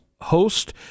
host